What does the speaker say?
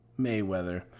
Mayweather